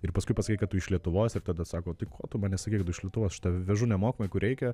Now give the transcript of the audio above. ir paskui pasakai kad tu iš lietuvos ir tada sako tai ko tu man nesakei kad tu iš lietuvos aš tave vežu nemokamai kur reikia